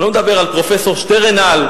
לא נדבר על פרופסור שטרנהל,